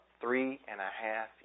Three-and-a-half